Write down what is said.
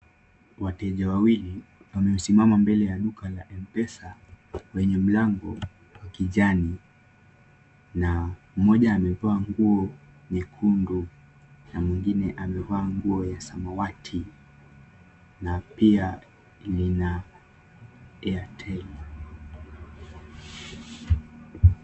Wateja wawili, wamesimama mbele ya duka la M-Pesa, kwenye mlango wa kijani, na mmoja amevaa nguo nyekundu na mwingine amevaa nguo ya samawati, na pia lina air tag .